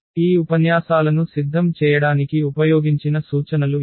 ఈ ఉపన్యాసాలను సిద్ధం చేయడానికి ఉపయోగించిన సూచనలు ఇవి